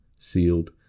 sealed